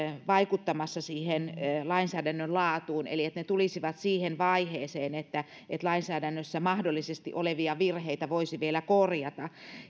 vaikuttamassa lainsäädännön laatuun niin että ne tulisivat siihen vaiheeseen että lainsäädännössä mahdollisesti olevia virheitä voisi vielä korjata